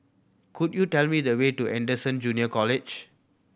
could you tell me the way to Anderson Junior College